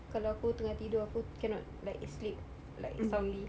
kalau aku tengah tidur aku cannot like sleep like soundly